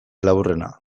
laburrena